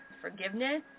forgiveness